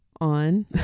on